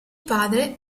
padre